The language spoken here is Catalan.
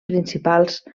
principals